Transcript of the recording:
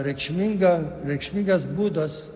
reikšminga reikšmingas būdas